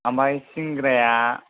ओमफ्राइ सिंग्राया